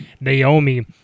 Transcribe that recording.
Naomi